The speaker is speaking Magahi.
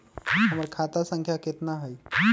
हमर खाता संख्या केतना हई?